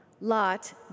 Lot